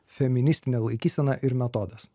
feministinė laikysena ir metodas